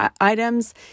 items